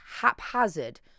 haphazard